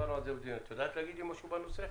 את יודעת להגיד לי משהו על זה?